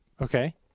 Okay